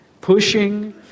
pushing